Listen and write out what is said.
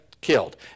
killed